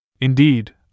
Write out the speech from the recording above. Indeed